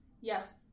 yes